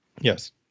Yes